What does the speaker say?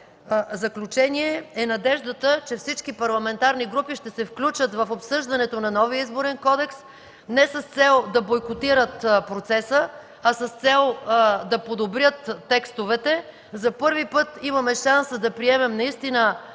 заключение, е надеждата, че всички парламентарни групи ще се включат в обсъждането на новия Изборен кодекс – не с цел да бойкотират процеса, а с цел да подобрят текстовете. За първи път имаме шансовете да приемем изборни